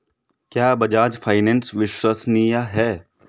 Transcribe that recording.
क्या बजाज फाइनेंस विश्वसनीय है?